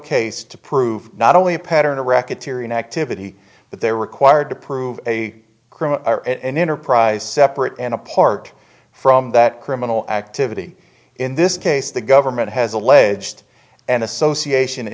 case to prove not only a pattern a racket tyrian activity that they're required to prove a criminal enterprise separate and apart from that criminal activity in this case the government has alleged an association